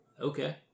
Okay